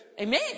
Amen